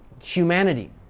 Humanity